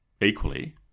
equally